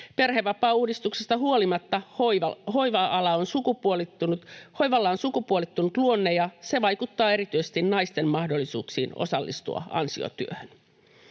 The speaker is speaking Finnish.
hoiva-ala on sukupuolittunut. Hoivalla on sukupuolittunut luonne, ja se vaikuttaa erityisesti naisten mahdollisuuksiin osallistua ansiotyöhön.